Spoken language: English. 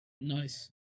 Nice